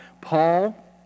Paul